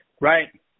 Right